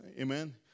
Amen